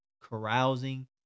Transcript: carousing